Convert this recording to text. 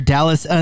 Dallas